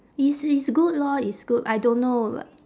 it's it's good lor it's good I don't know